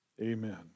amen